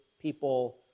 people